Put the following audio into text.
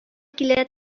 килә